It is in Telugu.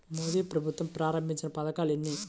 మోదీ ప్రభుత్వం ప్రారంభించిన పథకాలు ఎన్ని?